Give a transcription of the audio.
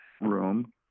room